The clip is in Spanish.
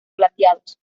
plateados